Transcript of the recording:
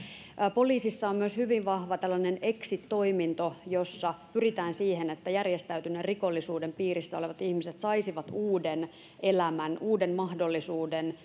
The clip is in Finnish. poliisissa on myös hyvin vahva tällainen exit toiminta jolla pyritään siihen että järjestäytyneen rikollisuuden piirissä olevat ihmiset saisivat uuden elämän uuden mahdollisuuden